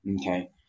Okay